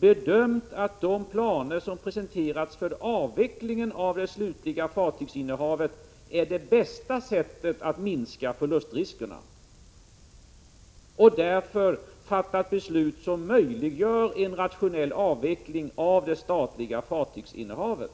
bedömt att de planer som presente rats för avvecklingen av det slutliga fartygsinnehavet är det bästa sättet att minska förlustriskerna och har därför fattat beslut som möjliggör en rationell avveckling av det statliga fartygsinnehavet.